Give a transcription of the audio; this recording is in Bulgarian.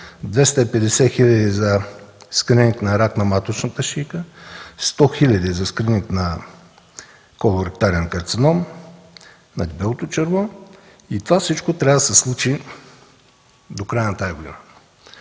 250 000 за скрининг на рак на маточната шийка; 100 000 за скрининг на колоректален карценом – на дебелото черво. И всичко това трябва да се случи до края на тази година.